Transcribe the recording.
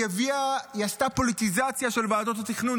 היא עשתה פוליטיזציה של ועדות התכנון,